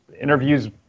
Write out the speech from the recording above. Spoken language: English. interview's